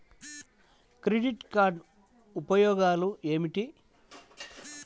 Credit card ఉపయోగాలు ఏమిటి?